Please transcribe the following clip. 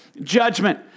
judgment